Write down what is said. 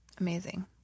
Amazing